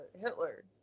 Hitler